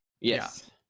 Yes